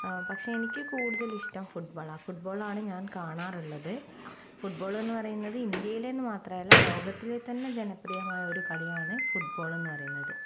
ആ പക്ഷേ എനിക്ക് കൂടുതലിഷ്ടം ഫുട്ബോളാ ഫുട്ബോളാണ് ഞാൻ കാണാറുള്ളത് ഫുട്ബോള്ന്ന് പറയുന്നത് ഇന്ത്യയിലെ എന്ന് മാത്രമല്ല ലോകത്തിലെ തന്നെ ജനപ്രിയമായ ഒരു കളിയാണ് ഫുട്ബോള്ന്ന് പറയുന്നത്